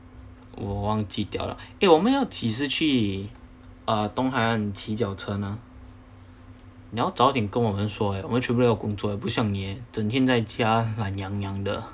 我忘记掉了呃我们要几时去呃东海岸骑脚车呢你要早一点跟我们说呃我们全部都有工作不像你耶整天在家懒洋洋的